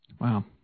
Wow